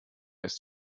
ist